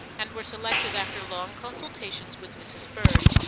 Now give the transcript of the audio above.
and were selected after long consultations with mrs. bird.